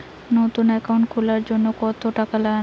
নতুন একাউন্ট খুলির জন্যে কত টাকা নাগে?